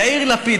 יאיר לפיד,